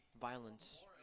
violence